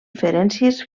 diferències